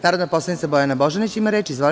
Narodna poslanica Bojana Božanić ima reč.